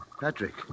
Patrick